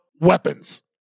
weapons